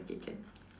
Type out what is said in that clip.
okay can